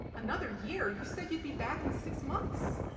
another year? you said you'd be back in six months!